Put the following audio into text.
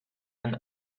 and